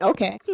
Okay